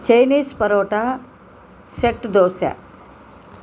Chinese parotta set dosa